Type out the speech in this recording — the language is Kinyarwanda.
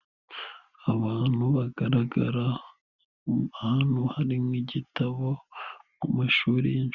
Abantu bagaragara mu hantu hari nk'igitabo ku mashuri y'inshuke.